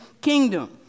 kingdom